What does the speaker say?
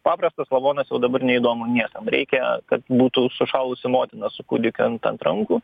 paprastas lavonas jau dabar neįdomu niekam reikia kad būtų sušalusi motina su kūdikiu ant ant rankų